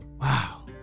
Wow